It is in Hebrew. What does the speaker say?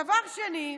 דבר שני,